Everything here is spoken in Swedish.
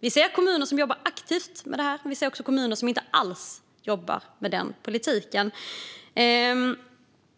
Det finns kommuner som jobbar aktivt med detta, men det finns också kommuner som inte alls jobbar med den politiken.